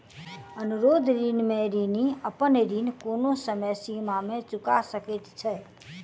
अनुरोध ऋण में ऋणी अपन ऋण कोनो समय सीमा में चूका सकैत छै